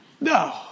No